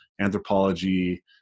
anthropology